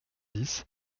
dix